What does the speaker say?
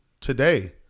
Today